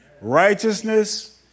Righteousness